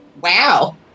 Wow